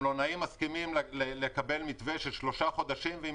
המלונאים מסכימים לקבל מתווה של שלושה חודשים ואם